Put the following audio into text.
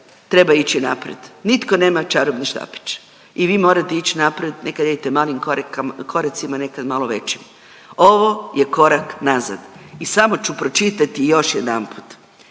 treba ići naprijed, nitko nema čarobni štapić i vi morate ići naprijed. Nekada idete malim koracima, nekad malo većim, ovo je korak nazad i samo ću pročitati još jedanput